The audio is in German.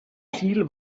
ziel